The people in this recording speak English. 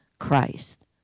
christ